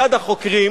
אחד החוקרים